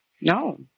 no